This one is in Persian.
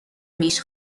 میش